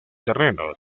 terreno